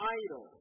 idol